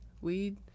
weed